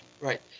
Right